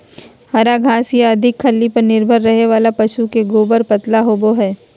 हरा घास या अधिक खल्ली पर निर्भर रहे वाला पशु के गोबर पतला होवो हइ